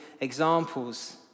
examples